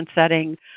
setting